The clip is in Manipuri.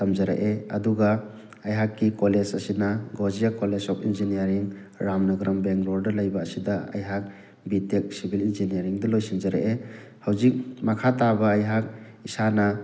ꯇꯝꯖꯔꯛꯑꯦ ꯑꯗꯨꯒ ꯑꯩꯍꯥꯛꯀꯤ ꯀꯣꯂꯦꯖ ꯑꯁꯤꯅ Ghousia college of engineering Ramanagaram ꯕꯦꯡꯒꯂꯣꯔꯗ ꯂꯩꯕ ꯑꯁꯤꯗ ꯑꯩꯍꯥꯛ ꯕꯤꯇꯦꯛ ꯁꯤꯕꯤꯜ ꯏꯟꯖꯤꯅꯤꯌꯥꯔꯤꯡꯗ ꯂꯣꯏꯁꯤꯟꯖꯔꯛꯑꯦ ꯍꯧꯖꯤꯛ ꯃꯈꯥ ꯇꯥꯕ ꯑꯩꯍꯥꯛ ꯏꯁꯥꯅ